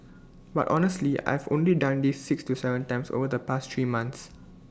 but honestly I've only done this six to Seven times over the past three months